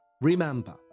remember